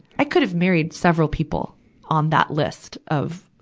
i could have married several people on that list of,